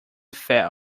fell